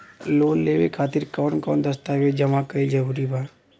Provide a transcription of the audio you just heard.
Loan लेवे खातिर कवन कवन दस्तावेज जमा कइल जरूरी बा?